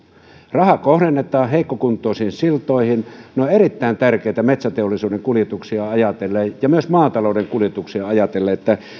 raha kohdennetaan heikkokuntoisiin siltoihin ne ovat erittäin tärkeitä metsäteollisuuden kuljetuksia ajatellen ja myös maatalouden kuljetuksia ajatellen